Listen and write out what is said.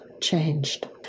changed